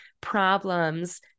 problems